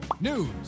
news